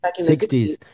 60s